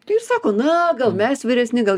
tai ir sako na gal mes vyresni gal